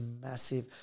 massive